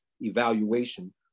evaluation